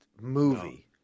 movie